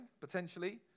potentially